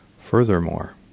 Furthermore